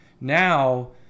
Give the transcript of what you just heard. now